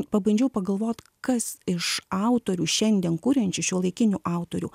pabandžiau pagalvot kas iš autorių šiandien kuriančių šiuolaikinių autorių